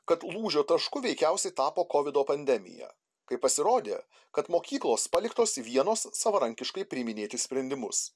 kad lūžio tašku veikiausiai tapo kovido pandemija kai pasirodė kad mokyklos paliktos vienos savarankiškai priiminėti sprendimus